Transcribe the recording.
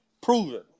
Proven